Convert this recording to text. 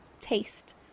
taste